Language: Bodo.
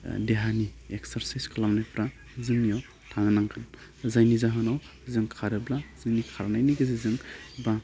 देहानि एक्ससारसाइस खालामनायफोरा जोंनियाव थानांगोन जायनि जाहोनाव जों खारोब्ला जोंनि खारनायनि गेजेरजों बा